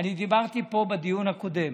אני דיברתי פה בדיון הקודם